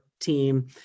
team